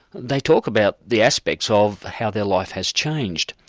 they talk about the aspects of how their life has changed,